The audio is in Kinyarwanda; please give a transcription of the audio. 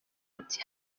ati